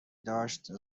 داشت